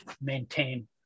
maintain